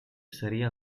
seria